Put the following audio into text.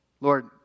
Lord